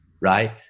Right